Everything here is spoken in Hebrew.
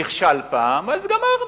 היינו אומרים: הוא נכשל פעם, אז גמרנו,